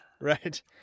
Right